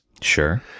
Sure